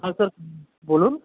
হ্যাঁ স্যার বলুন